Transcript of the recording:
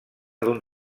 d’un